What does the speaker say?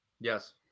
Yes